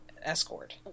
Escort